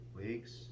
weeks